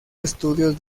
estudios